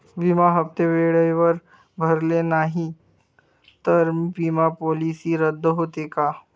विमा हप्ते वेळेवर भरले नाहीत, तर विमा पॉलिसी रद्द होते का?